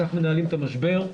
כך מנהלים את המשבר,